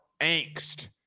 angst